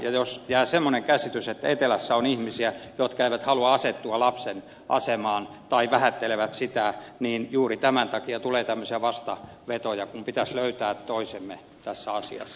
ja jos tulee semmoinen käsitys että etelässä on ihmisiä jotka eivät halua asettua lapsen asemaan tai vähättelevät sitä pelkoa niin juuri sen takia tulee tämmöisiä vastavetoja vaikka meidän pitäisi löytää toisemme tässä asiassa